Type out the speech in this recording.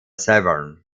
severn